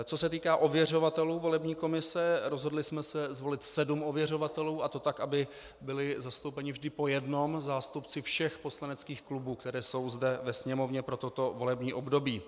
Co se týká ověřovatelů volební komise, rozhodli jsme se zvolit sedm ověřovatelů, a to tak, aby byli zastoupeni vždy po jednom zástupci všech poslaneckých klubů, které jsou zde ve Sněmovně pro toto volební období.